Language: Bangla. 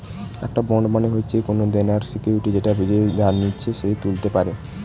একটি বন্ড মানে হচ্ছে কোনো দেনার সিকিউরিটি যেটা যে ধার নিচ্ছে সে তুলতে পারে